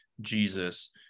Jesus